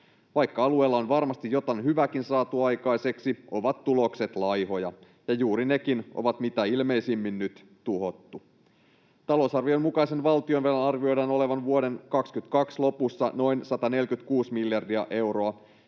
Vaikka alueella on varmasti jotain hyvääkin saatu aikaiseksi, ovat tulokset laihoja, ja juuri nekin on mitä ilmeisimmin nyt tuhottu. Talousarvion mukaisen valtionvelan arvioidaan olevan vuoden 22 lopussa noin 146 miljardia euroa,